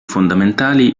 fondamentali